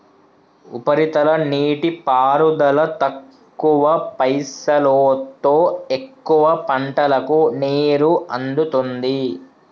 ఉపరితల నీటిపారుదల తక్కువ పైసలోతో ఎక్కువ పంటలకు నీరు అందుతుంది